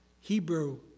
Hebrew